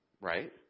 right